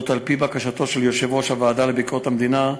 על-פי בקשתו של יושב-ראש הוועדה לביקורת המדינה,